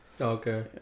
okay